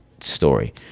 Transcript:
story